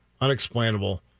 unexplainable